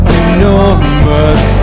enormous